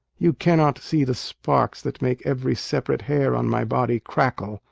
you cannot see the sparks that make every separate hair on my body crackle,